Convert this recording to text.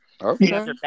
Okay